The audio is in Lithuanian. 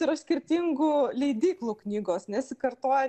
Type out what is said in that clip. yra skirtingų leidyklų knygos nesikartoja